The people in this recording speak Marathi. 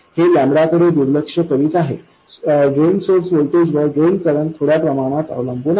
हे λ कडे दुर्लक्ष करीत आहे ड्रेन सोर्स व्होल्टेजवर ड्रेन करंट थोड्या प्रमाणात अवलंबून आहे